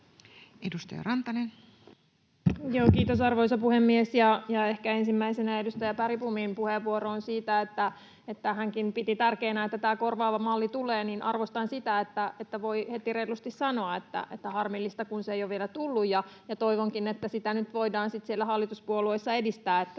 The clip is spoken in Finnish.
19:26 Content: Kiitos, arvoisa puhemies! Ehkä ensimmäisenä edustaja Bergbomin puheenvuoroon siitä, kun hänkin piti tärkeänä, että tämä korvaava malli tulee, niin arvostan sitä, että voi heti reilusti sanoa, että on harmillista, kun se ei ole vielä tullut, ja toivonkin, että sitä nyt voidaan sitten siellä hallituspuolueissa edistää,